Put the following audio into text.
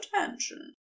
attention